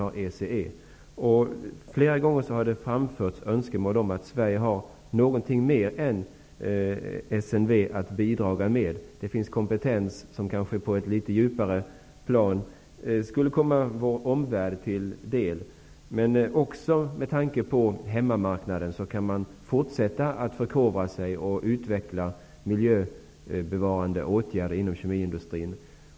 Flera gånger har önskemål framförts att Sverige skulle ha mer än SNV att bidra med. Det finns kompetens, som kanske på ett djupare plan skulle kunna komma vår omvärld till del. Men också med tanke på hemmamarknaden kan man fortsätta att förkovra sig och utveckla miljöbevarande åtgärder inom kemiindustrin.